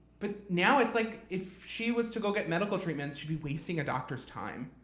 but now it's like, if she was to go get medical treatments, she'd be wasting a doctor's time.